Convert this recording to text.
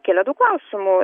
kėlė daug klausimų